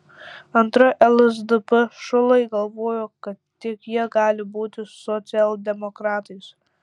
antra lsdp šulai galvoja kad tik jie gali būti socialdemokratais